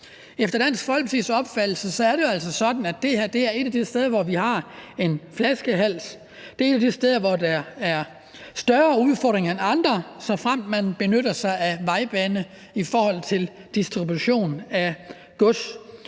Efter Dansk Folkepartis opfattelse er det jo altså sådan, at det her er et af de steder, hvor vi har en flaskehals. Det er et af de steder, hvor der er større udfordringer end andre steder, såfremt man benytter sig af vejbane til distribution af gods.